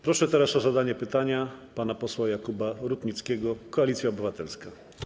Proszę teraz o zadanie pytania pana posła Jakuba Rutnickiego, Koalicja Obywatelska.